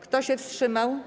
Kto się wstrzymał?